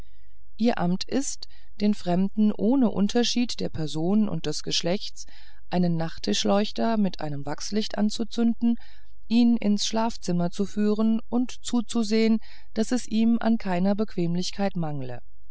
ihr amt ist den fremden ohne unterschied der person und des geschlechts einen nachttischleuchter mit einem wachslicht anzuzünden ihn in's schlafzimmer zu führen und zuzusehen daß es ihm an keiner bequemlichkeit mangle